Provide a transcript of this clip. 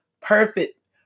perfect